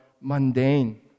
mundane